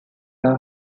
are